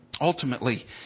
Ultimately